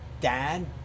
dad